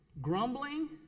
Grumbling